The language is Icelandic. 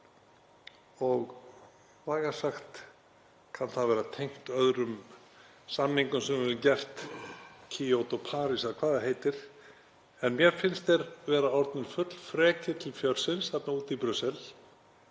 vægast sagt, kann það að vera tengt öðrum samningum sem við höfum gert, Kyoto, París eða hvað það heitir. En mér finnst þeir vera orðnir fullfrekir til fjörsins þarna úti í Brussel